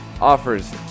Offers